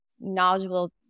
knowledgeable